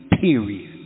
period